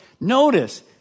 Notice